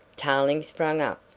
tarling sprang up,